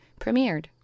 premiered